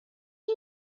are